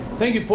thank you, paul.